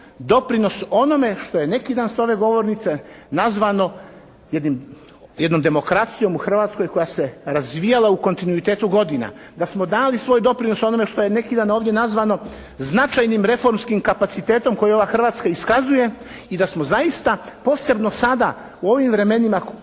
doprinos onome što je neki dan sa ove govornice nazvano jednom demokracijom u Hrvatskoj koja se razvijala u kontinuitetu godina, da smo dali svoj doprinos onome što je neki dan ovdje nazvano značajnim reformskim kapacitetom koji ova Hrvatska iskazuje i da smo zaista posebno sada u ovim vremenima